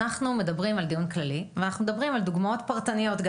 אנחנו מדברים על דיון כללי ואנחנו מדברים גם על דוגמאות פרטניות.